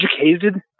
educated